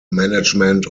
management